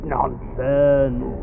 Nonsense